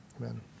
Amen